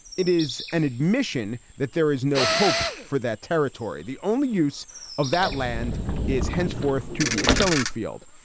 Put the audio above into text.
it is an admission that there is no hope for that territory. the only use of that land is henceforth to be a killing field.